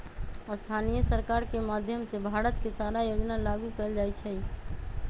स्थानीय सरकार के माधयम से भारत के सारा योजना लागू कएल जाई छई